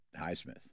highsmith